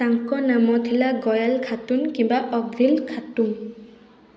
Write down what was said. ତାଙ୍କ ନାମ ଥିଲା ଗୟାଲ ଖାତୁନ କିମ୍ବା ଅର୍ଗିଲ ଖାଟୁମ୍